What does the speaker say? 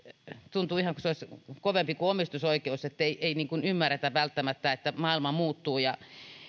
kovempi kuin omistusoikeus ettei välttämättä ymmärretä että maailma muuttuu